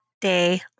day